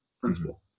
principle